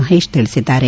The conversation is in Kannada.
ಮಹೇಶ್ ತಿಳಿಸಿದ್ದಾರೆ